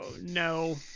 no